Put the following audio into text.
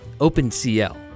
OpenCL